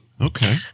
okay